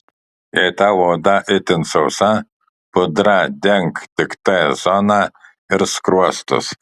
jei tavo oda itin sausa pudra denk tik t zoną ir skruostus